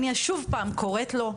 אני שוב פעם קוראת לו,